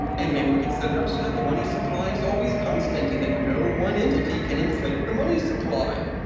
and maybe we could set it up so that the money supply is always constant and that no one entity can inflate the money supply?